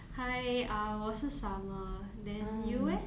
hi ah 我是 summer then you eh